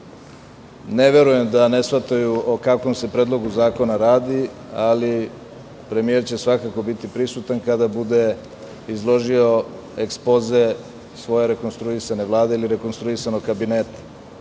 Ne verujem da ne shvataju o kakvom se predlogu zakona radi, ali premijer će svakako biti prisutan kada bude izložio ekspoze svoje rekonstruisane vlade ili rekonstruisanog kabineta.